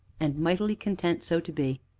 and mightily content so to be.